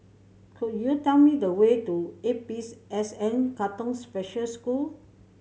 could you tell me the way to A P S N Katong Special School